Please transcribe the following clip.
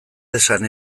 esan